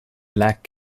black